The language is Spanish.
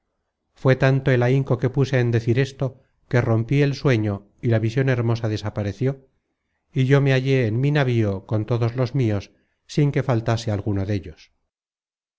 fué tanto el ahinco que puse en decir esto qu rompí el sueño y la vision hermosa desapareció y yo me hallé en mi navío con todos los mios sin que faltase alguno dellos